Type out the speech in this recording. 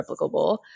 replicable